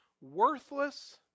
worthless